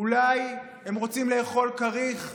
אולי הם רוצים לאכול כריך,